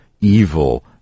evil